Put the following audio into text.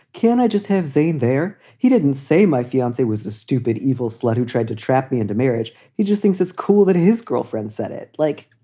can i just have seen there? he didn't say my fiancee was a stupid, evil slut who tried to trap me into marriage. he just thinks it's cool that his girlfriend said it. like,